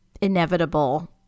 inevitable